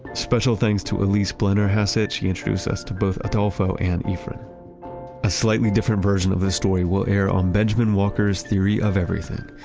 special thanks to ah elyse blennerhassett. she introduced us to both adolfo and efren a slightly different version of this story will air on benjamen walker's theory of everything.